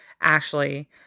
Ashley